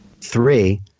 Three